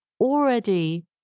already